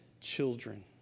children